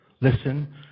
listen